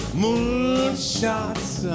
moonshots